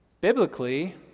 Biblically